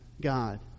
God